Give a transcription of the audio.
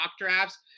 drafts